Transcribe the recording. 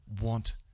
want